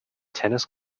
tennis